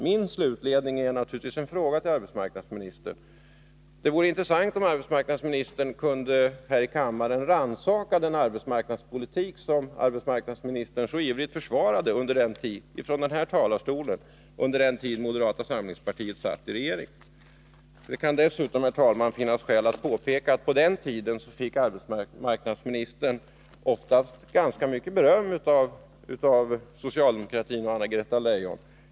Min slutledning blir naturligtvis att jag säger följande till arbetsmarknadsministern: Det vore intressant om arbetsmarknadsministern här i kammaren kunde rannsaka den arbetsmarknadspolitik som arbetsmarknadsministern så ivrigt försvarade från denna talarstol under den tid moderata samlingspartiet satt i regeringen. Det kan dessutom finnas skäl att påpeka att på den tiden fick arbetsmarknadsministern ofta ganska mycket beröm av socialdemokratin och Anna-Greta Leijon.